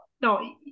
No